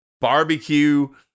barbecue